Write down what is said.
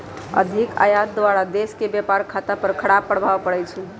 अधिक आयात द्वारा देश के व्यापार खता पर खराप प्रभाव पड़इ छइ